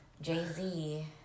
Jay-Z